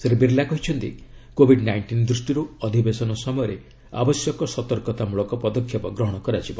ଶ୍ରୀ ବିର୍ଲା କହିଛନ୍ତି Covid nineteen ଦୂଷ୍ଟିରୁ ଅଧିବେଶନ ସମୟରେ ଆବଶ୍ୟକ ସତର୍କତା ମୂଳକ ପଦକ୍ଷେପ ଗ୍ରହଣ କରାଯିବ